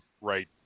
right